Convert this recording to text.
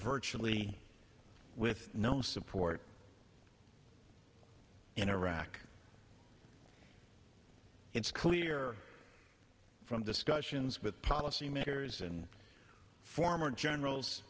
virtually with no support in iraq it's clear from discussions with policymakers and former generals